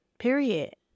period